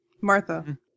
Martha